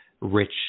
rich